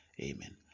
amen